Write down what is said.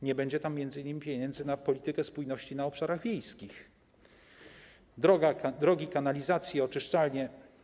Nie będzie tam m.in. środków na politykę spójności na obszarach wiejskich, drogi, kanalizacje, oczyszczalnie.